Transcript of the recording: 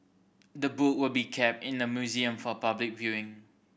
the book will be kept in the museum for public viewing